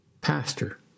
pastor